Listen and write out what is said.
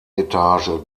etage